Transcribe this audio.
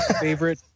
favorite